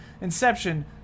Inception